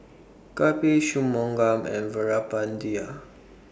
Kapil Shunmugam and Veerapandiya